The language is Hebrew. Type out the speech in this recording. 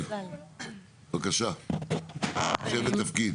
כן בבקשה שם ותפקיד.